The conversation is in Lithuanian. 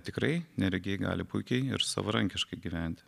tikrai neregiai gali puikiai ir savarankiškai gyventi